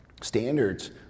standards